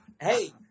Hey